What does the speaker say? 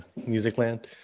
Musicland